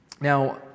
now